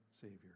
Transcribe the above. Savior